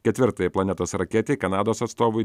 ketvirtajai planetos raketei kanados atstovui